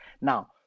Now